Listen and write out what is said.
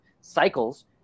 cycles